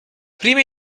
prima